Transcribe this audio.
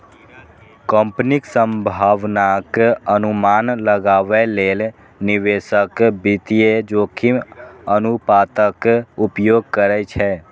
कंपनीक संभावनाक अनुमान लगाबै लेल निवेशक वित्तीय जोखिम अनुपातक उपयोग करै छै